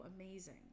amazing